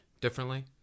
differently